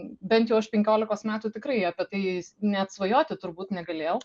bent jau aš penkiolikos metų tikrai apie tai net svajoti turbūt negalėjau